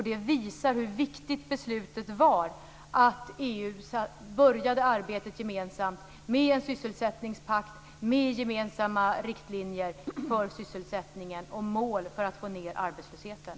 Det visar hur viktigt beslutet var att EU började ett gemensamt arbete med en sysselsättningspakt med gemensamma riktlinjer för sysselsättningen och mål för att få ned arbetslösheten.